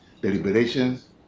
deliberations